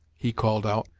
he called out.